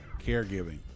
Caregiving